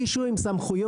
מישהו עם סמכויות,